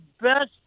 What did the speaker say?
best